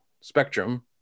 spectrum